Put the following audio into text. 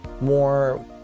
more